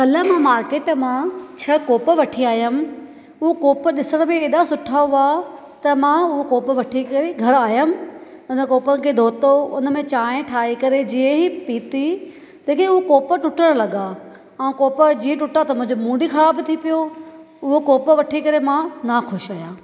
कल्ह मां मार्केट मां छ्ह कोप वठीं आयमि हुअ कोप ॾिसण में एडा सुठा हुआ त मां हु कोप वठीं करे घर आयमि हुन कोप खे धोतो हुन में चांहि ठाहे करे जीअं ई पीती तॾहिं हूअ कोप टुटण लॻा ऐं कोप जीअं ई टुटा त मुंहिंजो मूड़ ई ख़राब थी पियो हु कोप वठीं करे मां ना ख़ुशि आहियां